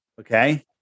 Okay